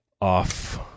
off